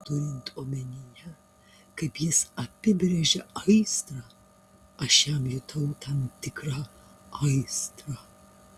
turint omenyje kaip jis apibrėžia aistrą aš jam jutau tam tikrą aistrą